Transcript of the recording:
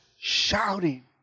shouting